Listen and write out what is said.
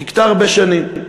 חיכתה הרבה שנים.